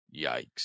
yikes